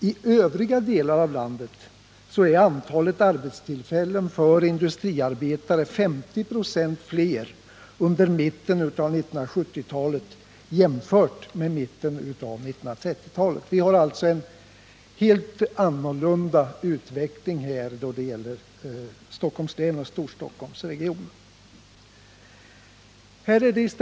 I övriga delar av landet var antalet arbetstillfällen för industriarbetare 50 96 fler under mitten av 1970-talet än under mitten av 1930-talet. Vi har alltså en helt annan utveckling i Stockholms län och i Storstockholmsregionen än i landet i övrigt.